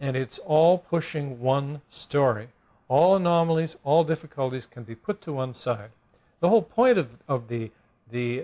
and it's all pushing one story all anomalies all difficulties can be put to one side the whole point of of the the